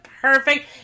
perfect